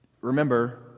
Remember